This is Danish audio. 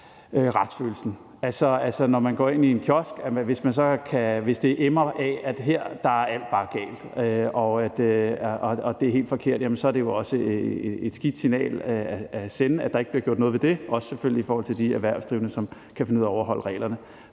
retsfølelsen. Man kan gå ind i en kiosk, og hvis det emmer af, at her er alt bare galt og helt forkert, jamen så er det jo også et skidt signal at sende, at der ikke bliver gjort noget ved det, selvfølgelig også i forhold til de erhvervsdrivende, som kan finde ud af at overholde reglerne,